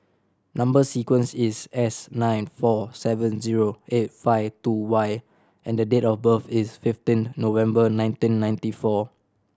number sequence is S nine four seven zero eight five two Y and the date of birth is fifteen November nineteen ninety four